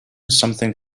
something